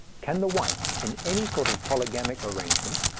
can the wife in any sort of polygamic arrangement,